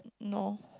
no